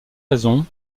raison